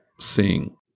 seeing